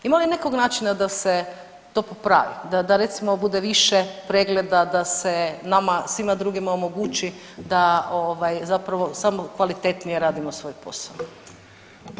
Ima li nekog načina da se to popravi, da recimo bude više pregleda, da se nama svima drugima omogući da zapravo samo kvalitetnije radimo svoj posao.